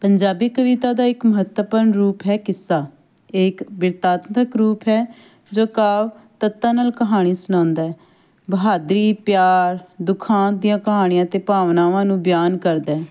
ਪੰਜਾਬੀ ਕਵਿਤਾ ਦਾ ਇੱਕ ਮਹੱਤਵਪੂਰਨ ਰੂਪ ਹੈ ਕਿੱਸਾ ਇਹ ਇੱਕ ਬਿਰਤਾਂਤਕ ਰੂਪ ਹੈ ਜੋ ਕਾਵ ਤੱਤਾਂ ਨਾਲ ਕਹਾਣੀ ਸੁਣਾਉਂਦਾ ਹੈ ਬਹਾਦਰੀ ਪਿਆਰ ਦੁਖਾਂਤ ਦੀਆਂ ਕਹਾਣੀਆਂ ਅਤੇ ਭਾਵਨਾਵਾਂ ਨੂੰ ਬਿਆਨ ਕਰਦਾ ਹੈ